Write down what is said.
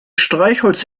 streichholz